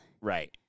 Right